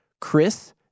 Chris